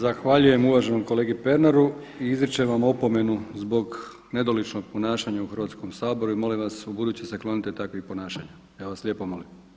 Zahvaljujem uvaženom kolegi Pernaru i izričem vam opomenu zbog nedoličnog ponašanja u Hrvatskom saboru i molim vas ubuduće se klonite takvih ponašanja ja vas lijepo molim.